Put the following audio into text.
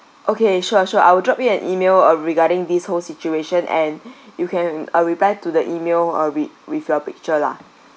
okay sure sure I will drop you an email uh regarding this whole situation and you can uh reply to the email uh with with your picture lah